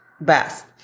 best